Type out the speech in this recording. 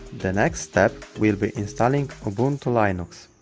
the next step will be installing ubuntu linux.